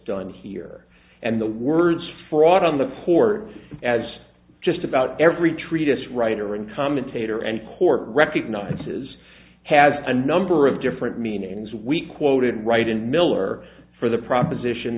done here and the words fraud on the court as just about every treatise writer and commentator and court recognizes has a number of different meanings we quoted right in miller for the proposition